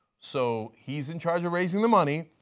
so he is in charge of raising the money,